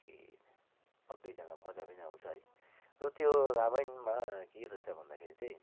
कि पढ्दै जाँदा मजा पनि आउँछ है र त्यो रामायणमा के रहेछ भन्दाखेरि चाहिँ